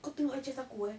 kau tengok eh chest aku eh